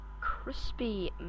Crispy